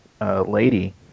lady